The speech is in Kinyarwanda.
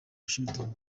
washington